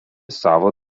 savo